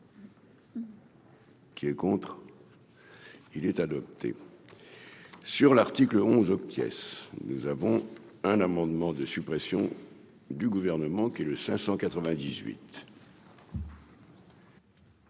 Qui est contre, il est adopté sur l'article 11 pièces, nous avons un amendement de suppression du gouvernement qui, le 598.